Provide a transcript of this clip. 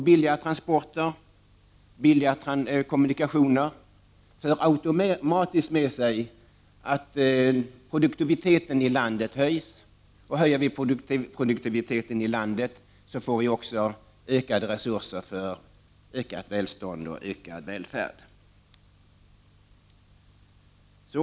Billiga transporter och billiga kommunikationer för automatiskt med sig att produktiviteten i landet höjs. Och höjer vi produktiviteten i landet får vi också ökade resurser till ökat välstånd och ökad välfärd.